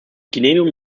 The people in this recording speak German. genehmigung